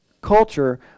culture